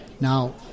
Now